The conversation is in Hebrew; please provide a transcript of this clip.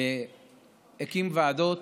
הקים ועדות